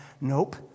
nope